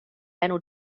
enw